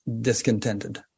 discontented